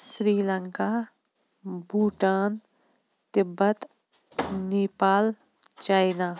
Sri Lanka Bhutan Tibet Nepal China